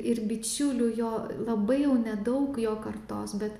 ir bičiulių jo labai jau nedaug jo kartos bet